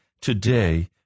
today